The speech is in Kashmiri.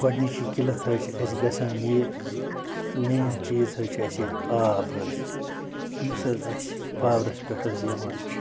گۄڈٕنِچی کِلَت حظ چھِ اَسہِ گژھان یہِ مین چیٖز حظ چھِ اَسہِ ییٚتہِ آب حظ یُس حظ اَسہِ پاورَس پٮ۪ٹھ حظ یِوان چھِ